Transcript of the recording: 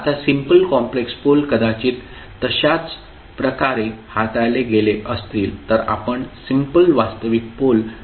आता simple complex pole कदाचित तशाच प्रकारे हाताळले गेले असतील तर आपण सिम्पल वास्तविक पोल हाताळू शकतो